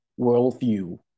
worldview